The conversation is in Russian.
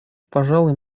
пожалуй